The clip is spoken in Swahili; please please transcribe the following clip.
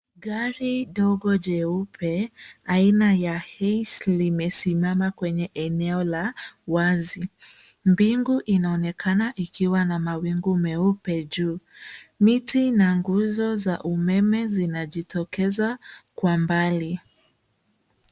Gari ndogo jeupe aina ya hiace limesimama kwenye eneo la wazi. Mbingu inaonekana ikiwa na mawingu meupe juu. Miti na nguzo za umeme zinajitokeza kwa mbali.